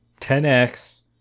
10x